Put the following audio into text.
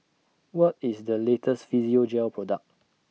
What IS The latest Physiogel Product